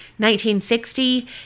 1960